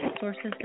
sources